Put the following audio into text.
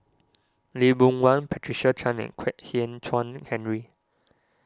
Lee Boon Wang Patricia Chan and Kwek Hian Chuan Henry